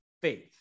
faith